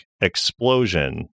explosion